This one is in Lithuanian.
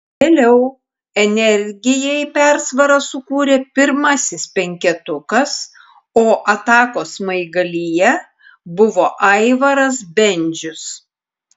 vėliau energijai persvarą sukūrė pirmasis penketukas o atakos smaigalyje buvo aivaras bendžius